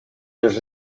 els